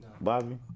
Bobby